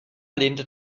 lehnte